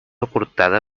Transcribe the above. aportada